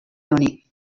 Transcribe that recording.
honi